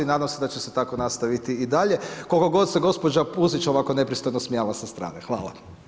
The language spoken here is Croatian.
Nadam se da će se tako nastaviti i dalje, koliko god se gospođa Pusić ovako nepristojno smijala sa strane.